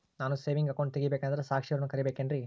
ನಾನು saving account ತೆಗಿಬೇಕಂದರ ಸಾಕ್ಷಿಯವರನ್ನು ಕರಿಬೇಕಿನ್ರಿ?